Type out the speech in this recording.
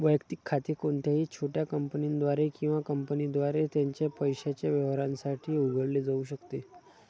वैयक्तिक खाते कोणत्याही छोट्या कंपनीद्वारे किंवा कंपनीद्वारे त्याच्या पैशाच्या व्यवहारांसाठी उघडले जाऊ शकते